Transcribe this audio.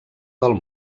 del